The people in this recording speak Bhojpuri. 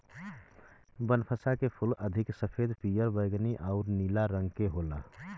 बनफशा के फूल अधिक सफ़ेद, पियर, बैगनी आउर नीला रंग में होला